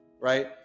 right